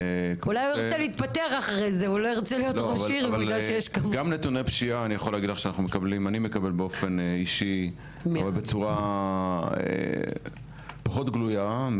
גם נתוני פשיעה אני מקבל באופן אישי ובצורה פחות גלויה,